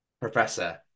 Professor